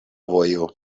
vojo